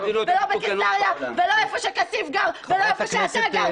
ולא בקיסריה ולא איפה שכסיף גר ולא איפה שאתה גר.